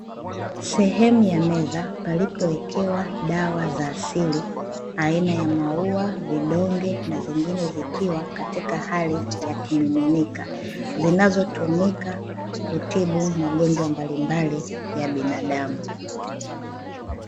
Sehemu ya meza palipo wekewa dawa za asili, aina ya maua, vidonge zingine zikiwa katika hali ya kimiminika, zinazotumika kutibu magonjwa mbalimbali ya binadamu.